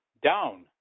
Down